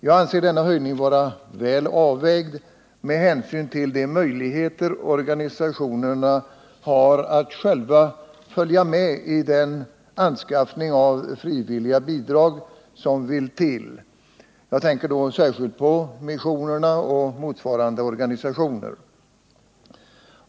Jag anser denna höjning vara väl avvägd med hänsyn till de möjligheter organisationerna har att själva följa med i den anskaffning av frivilliga bidrag som vill till. Jag tänker då särskilt på missionerna och motsvarande organisationer.